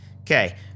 Okay